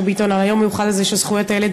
ביטון על היום המיוחד הזה לזכויות הילד.